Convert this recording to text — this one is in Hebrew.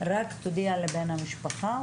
רק תודיע לבן המשפחה?